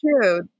true